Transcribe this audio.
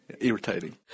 irritating